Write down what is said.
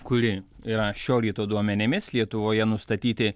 kuri yra šio ryto duomenimis lietuvoje nustatyti